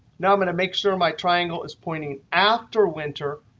now, i'm going to make sure my triangle is pointing after winter,